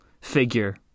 figure